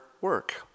work